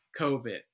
COVID